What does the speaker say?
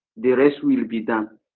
the rest will be done.